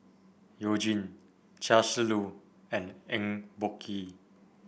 You Jin Chia Shi Lu and Eng Boh Kee